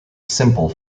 simple